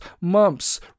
mumps